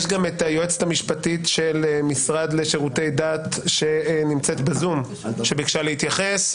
גם היועצת המשפטית של משרד לשירותי דת שנמצאת בזום ביקשה להתייחס.